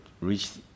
reached